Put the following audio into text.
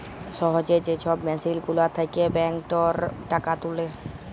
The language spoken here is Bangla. সহজে যে ছব মেসিল গুলার থ্যাকে ব্যাংকটর টাকা তুলে